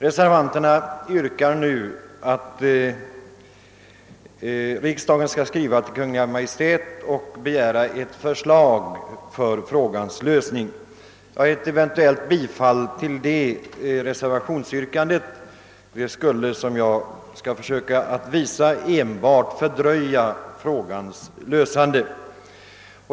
Reservanterna yrkar nu att riksdagen i skrivelse till Kungl. Maj:t skall begära förslag till frågans lösning. Ett eventuellt bifall till reservationsyrkandet skulle, som jag skall försöka visa, enbart fördröja frågans lösning.